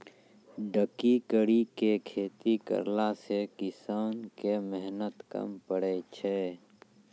ढकी करी के खेती करला से किसान के मेहनत कम पड़ै छै